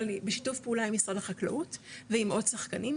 אבל בשיתוף פעולה עם משרד החקלאות ועם עוד שחקנים,